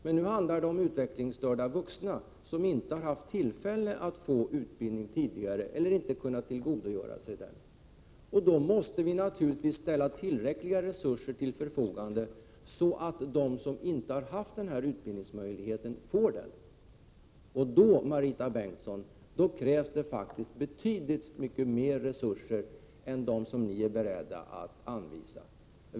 Men nu handlar det om utvecklingsstörda vuxna som inte har haft tillfälle att få utbildning tidigare eller inte har kunnat tillgodogöra sig den. Då måste vi naturligtvis ställa tillräckliga resurser till förfogande, så att de som inte har haft denna utbildningsmöjlighet får den. Då, Marita Bengtsson, krävs det betydligt mycket mer resurser än de som ni är beredda att anvisa.